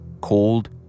called